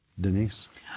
Denise